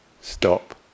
stop